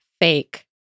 fake